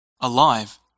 alive